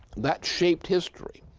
that shaped history.